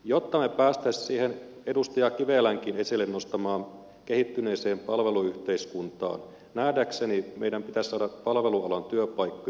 jotta me pääsisimme siihen edustaja kivelänkin esille nostamaan kehittyneeseen palveluyhteiskuntaan nähdäkseni meidän pitäisi saada palvelualan työpaikkoja lisää